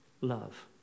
love